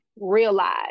realize